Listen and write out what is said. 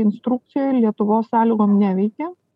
instrukcijoj lietuvos sąlygom neveikia